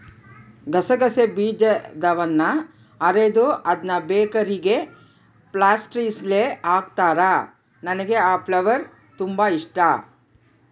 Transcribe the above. ಗಸಗಸೆ ಬೀಜದವನ್ನ ಅರೆದು ಅದ್ನ ಬೇಕರಿಗ ಪ್ಯಾಸ್ಟ್ರಿಸ್ಗೆ ಹಾಕುತ್ತಾರ, ನನಗೆ ಆ ಫ್ಲೇವರ್ ತುಂಬಾ ಇಷ್ಟಾ